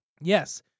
Yes